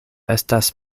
estas